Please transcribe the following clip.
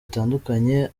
zitandukanye